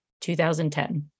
2010